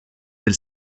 del